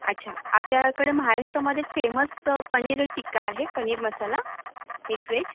अच्छा आपल्याकडं महाराष्ट्रामध्ये फेमस पनीर टिक्का आहे पनीर मसाला मिक्स व्हेज